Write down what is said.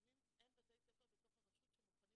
ולפעמים אין בתי ספר בתוך הרשות שמוכנים